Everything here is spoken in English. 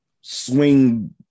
swing